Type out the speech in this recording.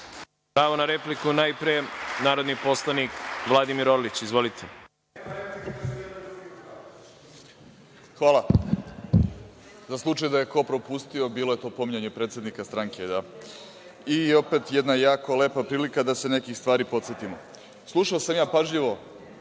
na repliku najpre narodni poslanik Vladimir Orlić. Izvolite. **Vladimir Orlić** Hvala, za slučaj da je ko propustio, bilo je to pominjanje predsednika stranke i opet jedna jako lepa prilika da se nekih stvari podsetimo. Slušao sam ja pažljivo